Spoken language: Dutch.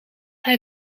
hij